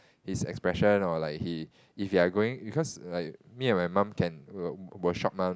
his expression or like he if you are going because like me and my mum can will will shop mah